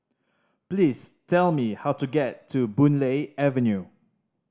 please tell me how to get to Boon Lay Avenue